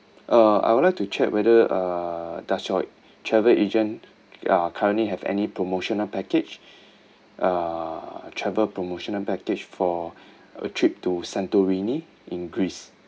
uh I would like to check whether uh does your travel agent ya currently have any promotional package uh travel promotional package for a trip to santorini in greece